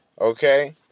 okay